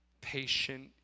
patient